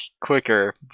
quicker